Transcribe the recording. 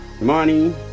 money